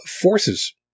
forces